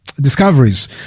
discoveries